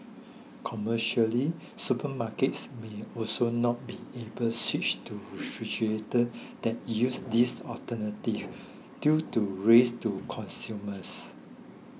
commercially supermarkets may also not be able switch to refrigerator that use these alternatives due to risks to consumers